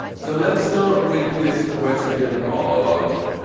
so let's start with this question of